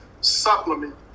supplement